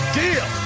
deal